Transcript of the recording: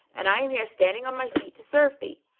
and i am here standing on my feet to serve thee.